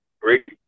great